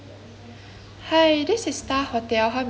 hi this is star hotel how may I help you